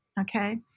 Okay